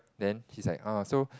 then he's like ah so